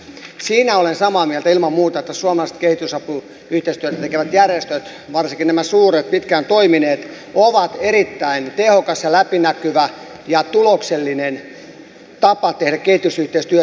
siitä olen samaa mieltä ilman muuta että suomalaiset kehitysapuyhteistyötä tekevät järjestöt varsinkin nämä suuret pitkään toimineet ovat erittäin tehokas ja läpinäkyvä ja tuloksellinen tapa tehdä kehitysyhteistyötä